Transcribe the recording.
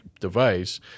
device